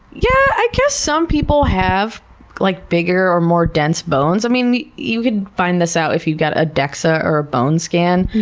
yeah, i guess some people have like bigger or more dense bones. i mean you can find this out if you've got a dexa or bone scan.